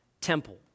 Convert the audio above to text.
temple